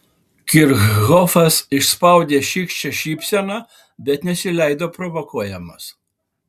kirchhofas išspaudė šykščią šypseną bet nesileido provokuojamas